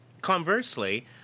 conversely